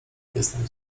jestem